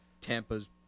Tampa's